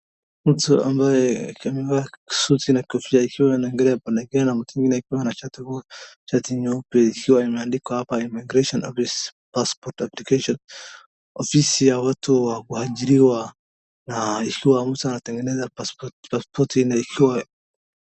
Mtu ambaye amevaa suti na kofia ikiwa anaangalia pale ndani na mtu mwingine akiwa anashati shati nyeupe ikiwa imeandikwa hapa, "Immigration Office, passport application." Ofisi ya watu wa kuajiriwa, na ikiwa mtu anatengeneza passport . Pasipoti na ikiwa